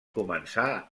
començar